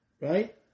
right